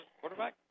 Quarterback